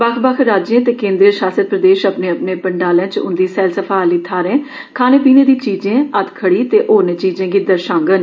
बक्ख बक्ख राज्यें ते केन्द्रीय शासत प्रदेश अपने अपने पष्ठालें च उन्दी सैलसफा आली थाहरें खाने पीने दी चीजें हत्थखड़ी ते होरनें चीजें दी दर्षागन